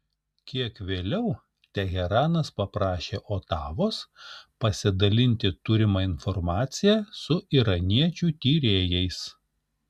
kiek vėliau teheranas paprašė otavos pasidalinti turima informacija su iraniečių tyrėjais